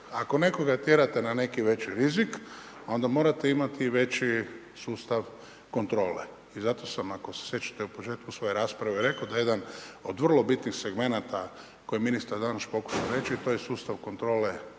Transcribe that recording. Ako nekoga tjerate na neki veći rizik onda morate imati veći sustav kontrole. I zato sam, ako se sjećate, u početku svoje rasprave rekao da jedan od vrlo bitnih segmenata koje ministar danas pokušao reći, to je sustav kontrole pojačani